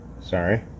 Sorry